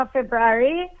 February